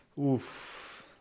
Oof